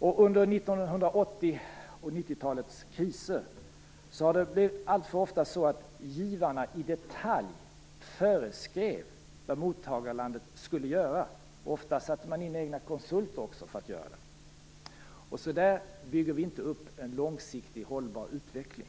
Under 1980 och 90-talens kriser föreskrev givarna allt för ofta i detalj vad mottagarlandet skulle göra. Ofta satte man också in egna konsulter för att göra det. Så bygger vi inte upp en långsiktigt hållbar utveckling.